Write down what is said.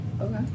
Okay